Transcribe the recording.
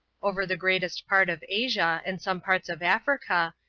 over the greatest part of asia, and some parts of africa,